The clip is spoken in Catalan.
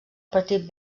partit